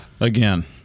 Again